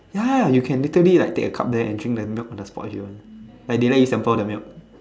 ya you can literally like take a cup there and drink the milk on the spot if you want like they let you sample the milk